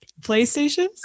Playstations